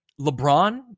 LeBron